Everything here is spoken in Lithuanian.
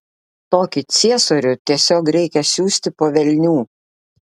tokį ciesorių tiesiog reikia siųsti po velnių